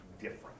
different